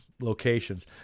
locations